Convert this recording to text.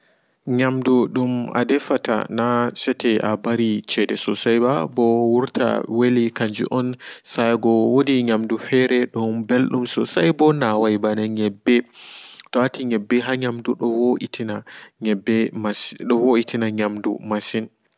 Nyamdu dum adefata na seto amɓari cede sosaiɓa ɓo wurta weli kanju on saigo wodi nyamdu fere dom ɓeldum sosaiɓo nawai ɓana nyeɓɓe toa wati nyeɓɓe ha nyamdu do woitin nyamdu sosai.